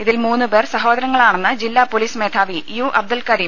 ഇതിൽ മൂന്നുപേർ സഹോദരങ്ങ ളാണെന്ന് ജില്ലാ പൊലീസ് മേധാവി യു അബ്ദുൾകരീം പറഞ്ഞു